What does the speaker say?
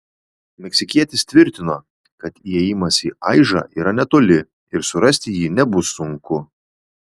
meksikietis tvirtino kad įėjimas į aižą yra netoli ir surasti jį nebus sunku